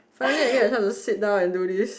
finally you get yourself to sit down and do this